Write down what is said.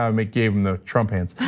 um gave them the trump hands.